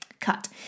cut